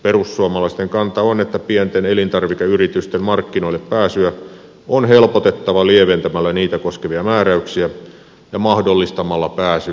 perussuomalaisten kanta on että pienten elintarvikeyritysten markkinoille pääsyä on helpotettava lieventämällä niitä koskevia määräyksiä ja mahdollistamalla pääsy julkisiinkin keittiöihin